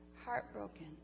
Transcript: heartbroken